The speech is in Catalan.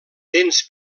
dents